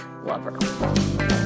lover